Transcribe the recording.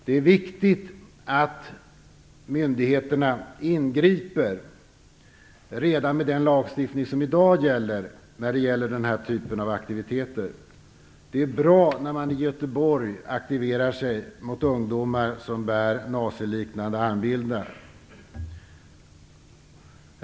Det är viktigt att myndigheterna ingriper redan med den lagstiftning som i dag finns när det gäller den här typen av aktiviteter. Det är bra att man i Göteborg har aktiverat sig mot ungdomar som bär armbindlar liknande dem som nazisterna bar.